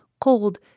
cold